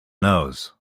nose